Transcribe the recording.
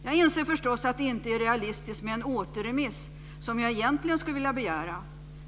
Jag inser förstås att det inte är realistiskt att begära en återremiss, som jag egentligen skulle vilja.